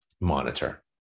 monitor